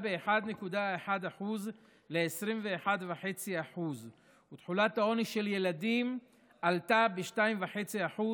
ב-1.1% ל-21.5%; תחולת העוני של ילדים עלתה ב-2.5%